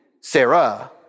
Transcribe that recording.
Sarah